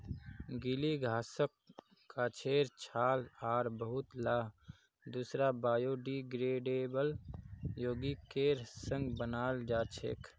गीली घासक गाछेर छाल आर बहुतला दूसरा बायोडिग्रेडेबल यौगिकेर संग बनाल जा छेक